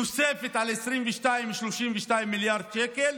ותוספת על 2022 של 32 מיליארד שקל,